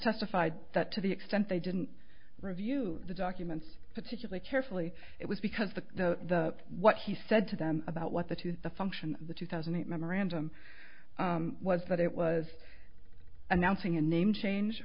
testified that to the extent they didn't review the documents particularly carefully it was because the the the what he said to them about what the two the function of the two thousand and eight memorandum was that it was announcing a name change